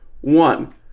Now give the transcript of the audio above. One